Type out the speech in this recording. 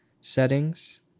settings